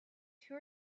two